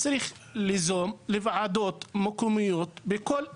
צריך ליזום ועדות מקומיות בכל היישובים,